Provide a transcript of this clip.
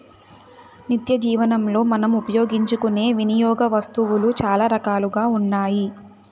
నిత్యజీవనంలో మనం ఉపయోగించుకునే వినియోగ వస్తువులు చాలా రకాలుగా ఉన్నాయి